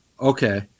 Okay